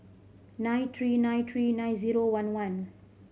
nine three nine three nine zero one one